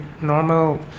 normal